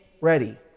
ready